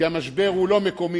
כי המשבר הוא לא מקומי,